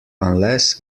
unless